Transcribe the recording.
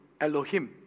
Elohim